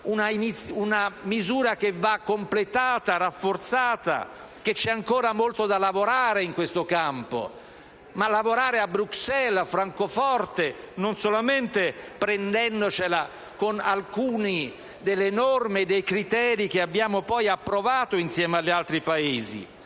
una misura che va completata e rafforzata e che c'è ancora molto da lavorare in questo campo: si tratta però di lavorare a Bruxelles e a Francoforte, non prendendocela solamente con alcune delle norme e dei criteri che abbiamo approvato insieme agli altri Paesi.